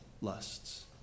lusts